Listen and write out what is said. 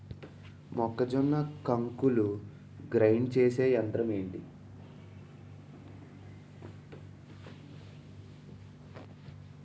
మొక్కజొన్న కంకులు గ్రైండ్ చేసే యంత్రం ఏంటి?